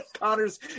Connors